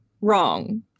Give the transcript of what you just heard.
wrong